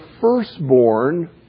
firstborn